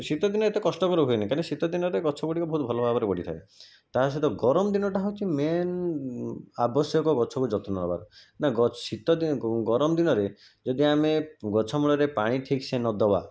ଶୀତଦିନେ ଏତେ କଷ୍ଟକର ହୁଏ ନାହିଁ କାଇଁନା ଶୀତଦିନରେ ଗଛ ଗୁଡ଼ିକ ବହୁତ ଭଲ ଭାବରେ ବଢ଼ିଥାଏ ତା' ସହିତ ଗରମ ଦିନଟା ହେଉଛି ମେନ୍ ଆବଶ୍ୟକ ଗଛକୁ ଯତ୍ନ ନେବାର ନା ଗଛ ଶୀତଦିନ ଗରମ ଦିନରେ ଯଦି ମାନେ ଗଛ ମୂଳରେ ପାଣି ଠିକ୍ସେ ନ ଦେବା